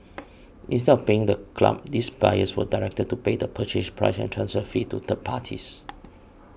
instead of paying the club these buyers were directed to pay the Purchase Price and transfer fee to third parties